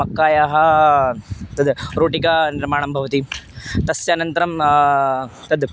मक्कायाः तद् रोटिका निर्माणं भवति तस्य अनन्तरं तद्